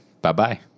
Bye-bye